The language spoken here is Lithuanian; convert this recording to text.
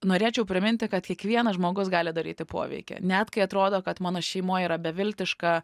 norėčiau priminti kad kiekvienas žmogus gali daryti poveikį net kai atrodo kad mano šeimoj yra beviltiška